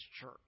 Church